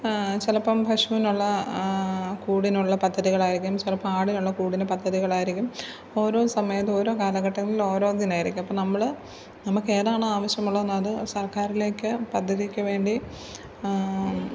ചിലപ്പം പശുവിനുള്ള കൂടിനുള്ള പദ്ധതികൾ ആയിരിക്കും ചിലപ്പം ആടിനുള്ള കൂടിന് പദ്ധതികൾ ആയിരിക്കും ഓരോ സമയത്തു ഓരോ കാലഘട്ടങ്ങളിൽ എം ജീയിൽ ഓരോന്നിനായിരിക്കും അപ്പോൾ നമ്മൾ നമുക്ക് ഏതാണോ ആവശ്യമുള്ളത് അത് സർക്കാരിലേക്ക് പദ്ധതിക്കുവേണ്ടി